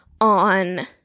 on